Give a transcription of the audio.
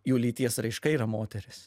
jų lyties raiška yra moteris